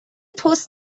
تست